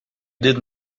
did